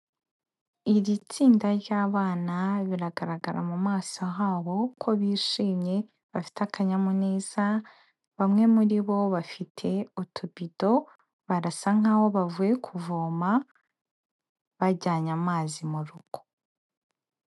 Iri tsinda ry'abana, biragaragara mu maso habo ko bishimye, bafite akanyamuneza, bamwe muri bo bafite utubido, barasa nkaho bavuye kuvoma bajyanye amazi mu rugo.